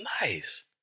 nice